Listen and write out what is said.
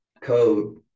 code